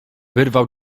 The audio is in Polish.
wyrwał